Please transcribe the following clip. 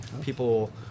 people